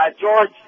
George